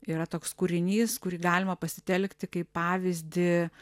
yra toks kūrinys kurį galima pasitelkti kaip pavyzdį